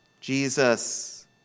Jesus